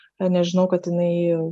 žinau kad jinai